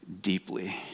deeply